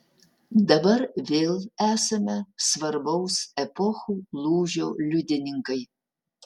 dabar vėl esame svarbaus epochų lūžio liudininkai